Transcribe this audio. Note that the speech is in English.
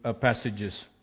passages